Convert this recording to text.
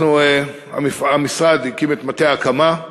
אנחנו, המשרד הקים את מטה ההקמה,